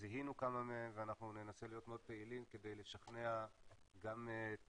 זיהינו כמה מהן ואנחנו ננסה להיות מאוד פעילים כדי לשכנע גם את